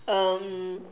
um